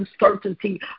uncertainty